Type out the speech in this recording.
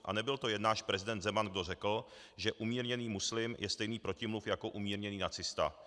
A nebyl to jen náš prezident Zeman, kdo řekl, že umírněný muslim je stejný protimluv jako umírněný nacista.